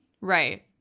Right